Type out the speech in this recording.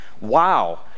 wow